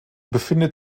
befindet